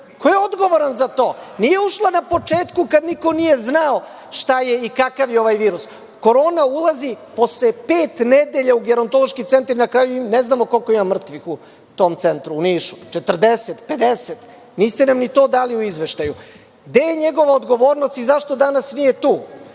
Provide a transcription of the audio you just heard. Ko je odgovoran za to? Nije ušla na početku kad niko nije znao šta je i kakav je ovaj virus? Korona ulazi posle pet nedelja u Gerontološki centar i na kraju i ne znamo koliko ima mrtvih u tom centru u Nišu, 40, 50. Niste nam ni to dali u izveštaju. Gde je njegova odgovornost i zašto danas nije tu? Šta